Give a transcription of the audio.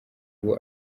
ubu